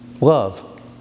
love